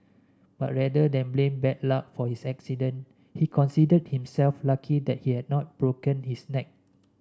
but rather than blame bad luck for his accident he considered himself lucky that he had not broken his neck